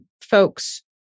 folks